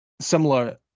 Similar